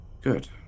Good